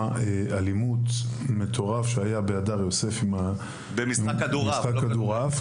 אלימות מטורף שהיה בהדר יוסף במשחק כדורעף.